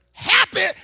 Happy